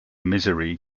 misery